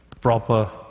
proper